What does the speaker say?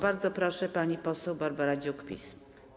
Bardzo proszę, pani poseł Barbara Dziuk, PiS.